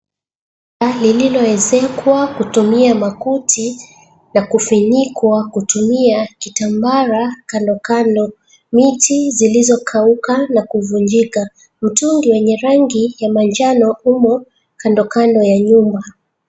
Paa lililoezekwa kutumia makuti, na kufinikwa kutumia kitambara kando kando, miti iliyokauka na kuvunjika na mtungi wenye rangi ya manjano upo kandokando ya nyumba.